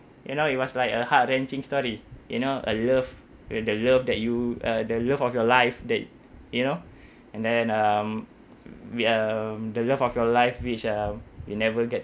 you know it was like a heart-wrenching story you know a love with the love that you uh the love of your life that you know and then um we um the love of your life which um you never get